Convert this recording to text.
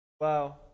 Wow